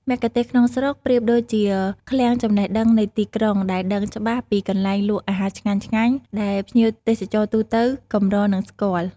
មគ្គុទ្ទេសក៍ក្នុងស្រុកប្រៀបដូចជាឃ្លាំងចំណេះដឹងនៃទីក្រុង ដែលដឹងច្បាស់ពីកន្លែងលក់អាហារឆ្ងាញ់ៗ ដែលភ្ញៀវទេសចរទូទៅកម្រនឹងស្គាល់។